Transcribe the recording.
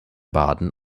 baden